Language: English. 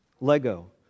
Lego